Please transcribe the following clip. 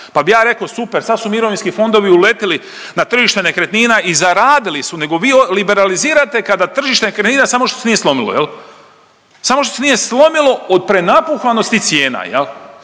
pa bi ja reko super, sad su mirovinski fondovi uletili na tržište nekretnina i zaradili su nego vi liberalizirate kada tržište nekretnina samo što se nije slomilo, samo što se nije slomilo od prenapuhanosti cijena. I